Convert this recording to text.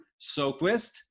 Soquist